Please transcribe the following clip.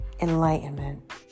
enlightenment